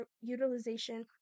utilization